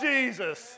Jesus